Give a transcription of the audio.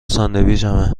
ساندویچمه